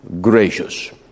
gracious